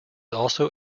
also